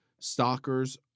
Stalkers